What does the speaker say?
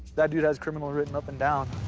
that dude has criminal written up and down.